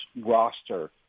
roster